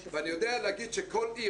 ואני יודע להגיד שכל עיר,